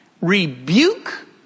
rebuke